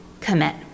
commit